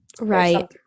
right